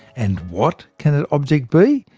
and what can that object be?